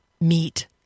meet